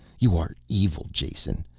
you are evil, jason,